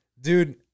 Dude